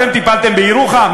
אתם טיפלתם בירוחם?